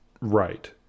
right